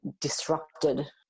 disrupted